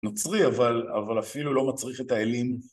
נוצרי, אבל אפילו לא מצריך את האלים